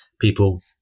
people